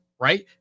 right